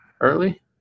early